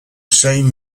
same